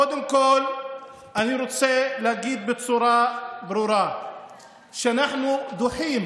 קודם כול אני רוצה להגיד בצורה ברורה שאנחנו דוחים